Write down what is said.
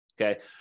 Okay